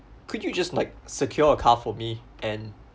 could you just like secure a car for me and